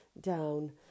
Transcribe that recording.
down